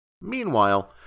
Meanwhile